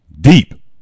deep